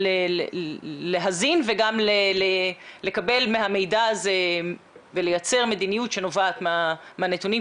להזין וגם לקבל מהמידע הזה ולייצר מדיניות שנובעת מהנתונים,